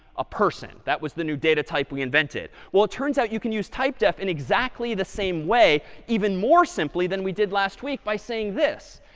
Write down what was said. a person. that was the new data type we invented. well it turns out you can use typedef in exactly the same way even more simply than we did last week by saying this.